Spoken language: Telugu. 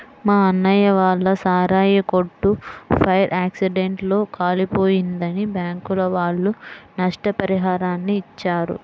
మా అన్నయ్య వాళ్ళ సారాయి కొట్టు ఫైర్ యాక్సిడెంట్ లో కాలిపోయిందని బ్యాంకుల వాళ్ళు నష్టపరిహారాన్ని ఇచ్చారు